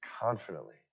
confidently